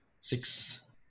Six